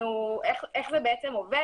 איך זה בעצם עובד?